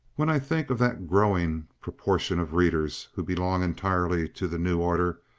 when i think of that growing proportion of readers who belong entirely to the new order,